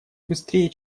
быстрее